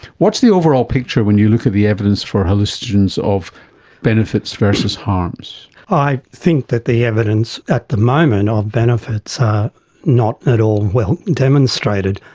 what's the overall picture when you look at the evidence for hallucinogens of benefits versus harms? i think that the evidence at the moment of benefits are not at all well demonstrated.